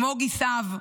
כמו גיסיו,